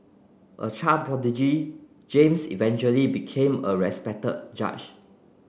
a child prodigy James eventually became a respected judge